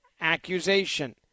accusation